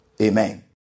Amen